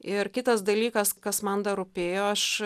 ir kitas dalykas kas man dar rūpėjo aš